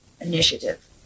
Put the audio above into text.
initiative